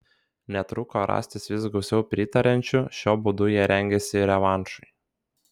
netruko rastis vis gausiau pritariančių šiuo būdu jie rengėsi revanšui